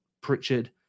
Pritchard